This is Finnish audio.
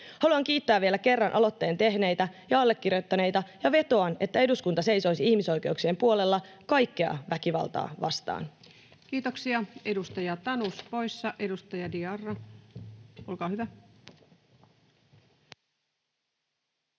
Haluan kiittää vielä kerran aloitteen tehneitä ja allekirjoittaneita ja vetoan, että eduskunta seisoisi ihmisoikeuksien puolella kaikkea väkivaltaa vastaan. [Speech 187] Speaker: Ensimmäinen varapuhemies